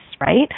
right